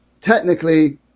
technically